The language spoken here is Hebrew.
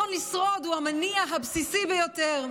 והרצון לשרוד הוא המניע הבסיסי ביותר.